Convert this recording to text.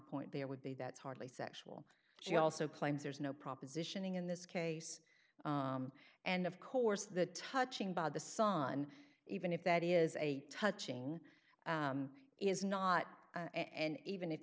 point there would be that's hardly sexual she also claims there's no propositioning in this case and of course the touching by the son even if that is a touching is not and even if